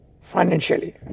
financially